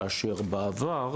כאשר בעבר,